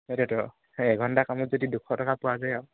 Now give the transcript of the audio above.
সেইটোৱেতো এঘণ্টা কামত যদি দুশ টকা পোৱা যায় আৰু